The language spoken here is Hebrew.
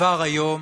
כבר היום